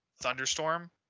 thunderstorm